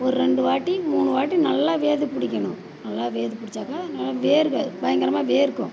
ஒரு ரெண்டுவாட்டி மூணுவாட்டி நல்லா வேது பிடிக்கணும் நல்லா வேது பிடிச்சாக்கா நல்லா வேர்வை பயங்கரமாக வேர்க்கும்